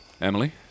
Emily